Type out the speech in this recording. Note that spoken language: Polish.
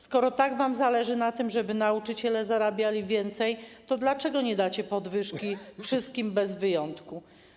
Skoro tak wam zależy na tym, żeby nauczyciele zarabiali więcej, to dlaczego nie dacie podwyżki wszystkim bez wyjątku?